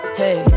hey